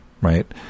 right